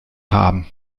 haben